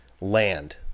land